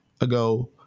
ago